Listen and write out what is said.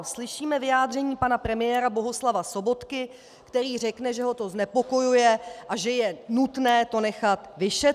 Slyšíme vyjádření pana premiéra Bohuslava Sobotky, který řekne, že ho to znepokojuje a že je nutné to nechat vyšetřit.